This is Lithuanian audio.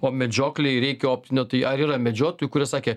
o medžioklei reikia optinio tai yra medžiotojų kurie sakė